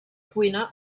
cuina